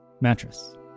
mattress